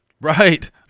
Right